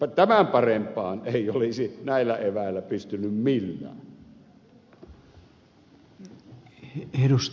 tämän parempaan ei olisi näillä eväillä pystynyt millään